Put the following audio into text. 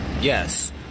Yes